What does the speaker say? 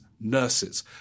nurses